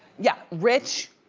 yeah, rich,